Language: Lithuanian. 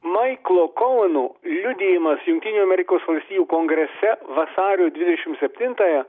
maiklo koeno liudijimas jungtinių amerikos valstijų kongrese vasario dvidešim septintąją